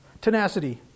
tenacity